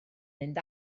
mynd